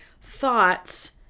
thoughts